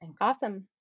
Awesome